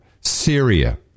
Syria